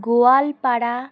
Goalpara